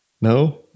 No